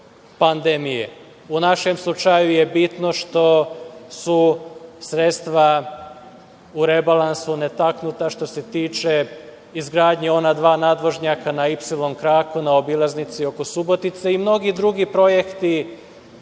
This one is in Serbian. U našem slučaju je bitno što su sredstva u rebalansu netaknuta što se tiče izgradnje ona dva nadvožnjaka na Ipsilon kraku, na obilaznici oko Subotice i mnogi drugi projekti